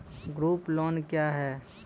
Group loan क्या है?